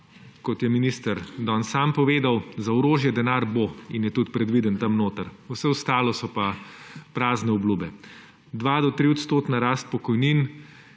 kot je minister danes sam povedal, da za orožje denar bo in je tudi predviden notri, vse ostalo so pa prazne obljube. 2 do 3- odstotna rast pokojnin